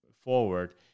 forward